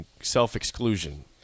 self-exclusion